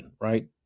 right